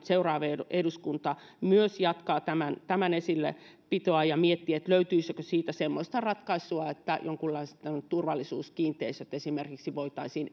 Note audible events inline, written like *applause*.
*unintelligible* seuraava eduskunta jatkaa tämän tämän asian esillä pitoa ja miettii löytyisikö siitä semmoista ratkaisua että esimerkiksi jonkunlaiset turvallisuuskiinteistöt voitaisiin *unintelligible*